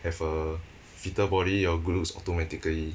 have a fitter body or good looks automatically